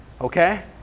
Okay